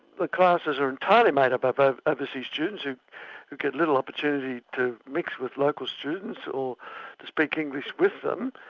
the classes are entirely made up up of overseas students who who get little opportunity to mix with local students or speak english with them.